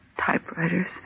typewriters